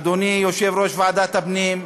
אדוני יושב-ראש ועדת הפנים,